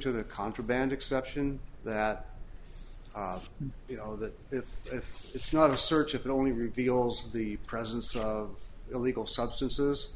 to the contraband exception that you know that if if it's not a search it only reveals the presence of illegal substances